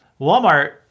Walmart